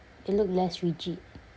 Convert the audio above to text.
it look less rigid